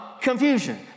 confusion